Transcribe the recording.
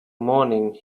morning